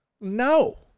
no